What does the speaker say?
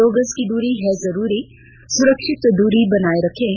दो गज की दूरी है जरूरी सुरक्षित दूरी बनाए रखें